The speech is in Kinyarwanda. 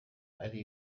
ari